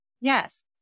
Yes